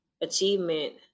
achievement